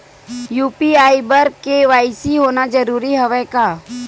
UPI बर KYC होना जरूरी हवय का?